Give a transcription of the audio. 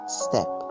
step